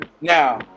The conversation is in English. Now